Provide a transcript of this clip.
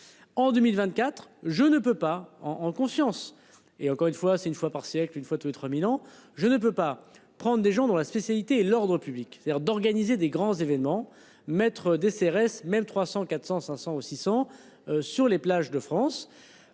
En 2024, je ne peux pas en en conscience et encore une fois c'est une fois par siècle, une fois tous les 3000 ans, je ne peux pas prendre des gens dont la spécialité est l'ordre public, c'est-à-dire d'organiser des grands événements. Mettre des CRS même 300 400 500 ou 600 sur les plages de France.